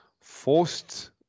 forced